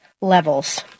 levels